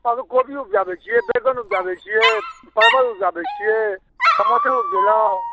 कोबी उपजाबै छिए बैगन उपजाबै छिए परवल उपजाबै छिए टमाटर उपजेलौँ